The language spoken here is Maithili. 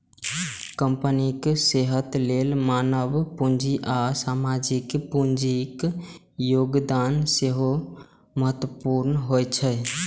कंपनीक सेहत लेल मानव पूंजी आ सामाजिक पूंजीक योगदान सेहो महत्वपूर्ण होइ छै